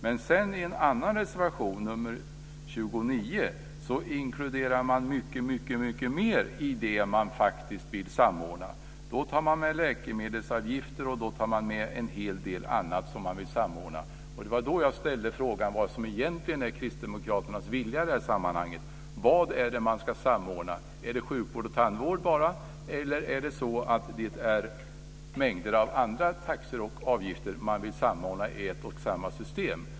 Men i en annan reservation, nr 29, inkluderar man mycket, mycket mer i det man faktiskt vill samordna. Då tar man med läkemedelsavgifter och en hel del annat som man vill samordna. Det var då jag ställde frågan vad som egentligen är kristdemokraternas vilja i det här sammanhanget. Vad är det man ska samordna? Är det bara sjukvård och tandvård, eller är det mängder av andra taxor och avgifter man vill samordna i ett och samma system?